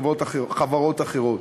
חברות אחרות.